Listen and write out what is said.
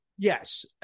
Yes